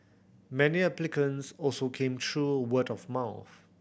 many applicants also came through word of mouth